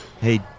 Hey